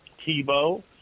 Tebow